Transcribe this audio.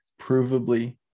provably